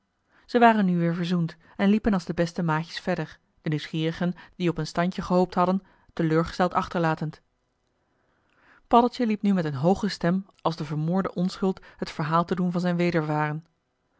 ze waren nu weer verzoend en liepen als de beste joh h been paddeltje de scheepsjongen van michiel de ruijter maatjes verder de nieuwsgierigen die op een standje gehoopt hadden teleurgesteld achterlatend paddeltje liep nu met een hooge stem als de vermoorde onschuld het verhaal te doen van zijn